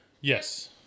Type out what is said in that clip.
Yes